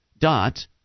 dot